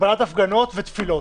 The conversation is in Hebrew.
הגבלת הפגנות ותפילות.